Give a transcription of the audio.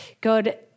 God